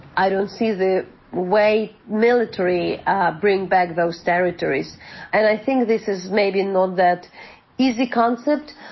i don't see the way military brings back those territories. and i think this is maybe not that easy concept,